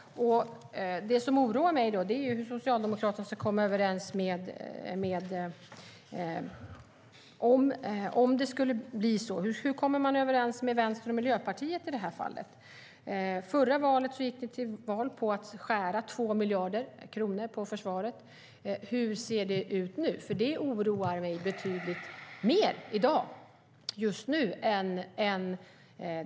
Det som oroar mig är, om det skulle bli aktuellt, hur Socialdemokraterna ska komma överens med Vänsterpartiet och Miljöpartiet i det här fallet. Förra valet gick ni till val på att skära ned på försvaret med 2 miljarder kronor. Hur ser det ut nu? Det oroar nämligen mig betydligt mer just nu.